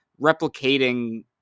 replicating